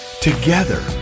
Together